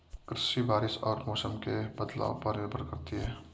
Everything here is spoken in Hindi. कृषि बारिश और मौसम के बदलाव पर निर्भर करती है